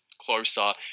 closer